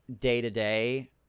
day-to-day